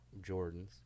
Jordans